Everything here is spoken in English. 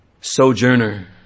sojourner